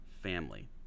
family